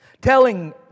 telling